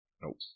nope